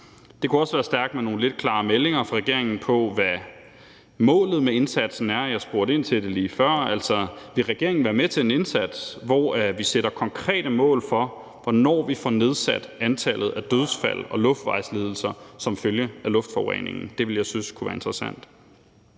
Det kunne også være stærkt med nogle lidt klarere meldinger fra regeringen om, hvad målet med indsatsen er. Jeg spurgte ind til det lige før og spurgte: Vil regeringen være med til en indsats, hvor vi sætter konkrete mål for, hvornår vi får nedsat antallet af dødsfald og personer med luftvejslidelser som følge af luftforureningen? Det ville jeg synes kunne være interessant.